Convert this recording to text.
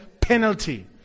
penalty